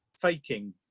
faking